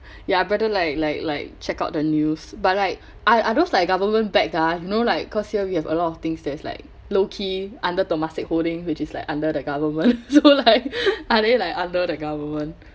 ya better like like like check out the news but like are are those like government backed ah no right cause here we have a lot of things that's like low key under Temasek holding which is like under the government so like are they like under the government